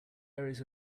areas